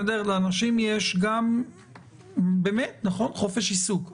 לאנשים יש גם חופש עיסוק.